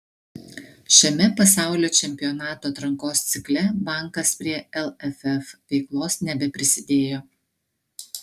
šiame pasaulio čempionato atrankos cikle bankas prie lff veiklos nebeprisidėjo